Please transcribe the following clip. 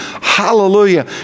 hallelujah